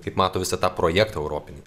kaip mato visą tą projektą europinį